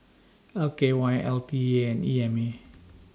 L K Y LT A and E M A